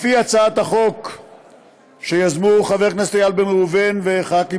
לפי הצעת החוק שיזמו חבר הכנסת איל בן ראובן וח"כים